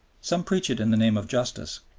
some preach it in the name of justice.